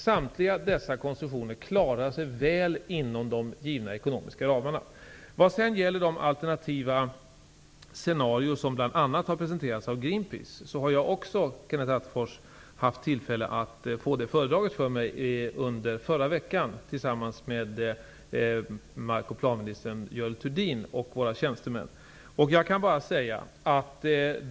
Samtliga konstruktioner klarar sig väl inom de givna ekonomiska ramarna. De alternativa scenarion som bl.a. har presenterats av Greenpeace hade jag tillfälle att få föredragna för mig förra veckan, tillsammans med mark och planministern Görel Thurdin och våra tjänstemän.